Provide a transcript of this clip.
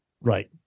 Right